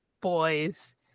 boys